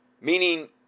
meaning